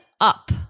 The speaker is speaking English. up